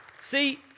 See